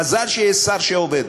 מזל שיש שר שעובד.